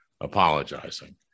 apologizing